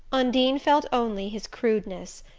undine felt only his crudeness,